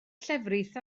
llefrith